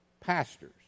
pastors